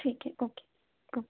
ठीक है okay okay